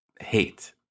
hate